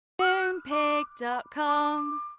Moonpig.com